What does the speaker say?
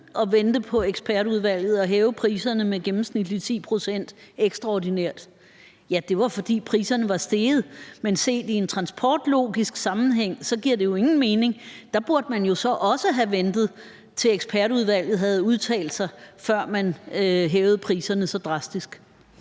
at vente på ekspertudvalget tillade sig at hæve priserne med gennemsnitligt 10 pct. ekstraordinært? Ja, det var, fordi priserne var steget. Men set i en transportlogisk sammenhæng giver det jo ingen mening. Der burde man så også have ventet, til ekspertudvalget havde udtalt sig, før man hævede priserne så drastisk.